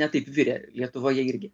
ne taip virė lietuvoje irgi